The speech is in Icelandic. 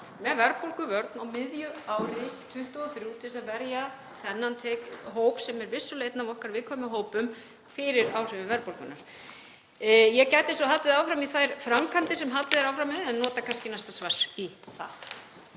með verðbólguvörn á miðju ári 2023 til að verja þennan hóp, sem er vissulega einn af okkar viðkvæmu hópum, fyrir áhrifum verðbólgunnar. Ég gæti svo haldið áfram og með þær framkvæmdir sem haldið er áfram með en nota kannski næsta svar í það.